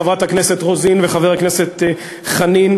חברת הכנסת רוזין וחבר הכנסת חנין,